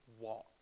walk